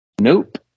nope